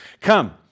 come